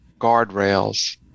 guardrails